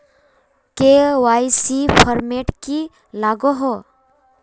KYC format की लागोहो?